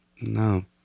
no